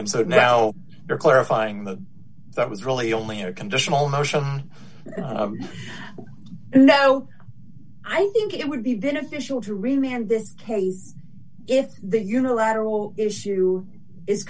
and so now they're clarifying that that was really only a conditional motion and no i think it would be beneficial to remain in this case if the unilateral issue i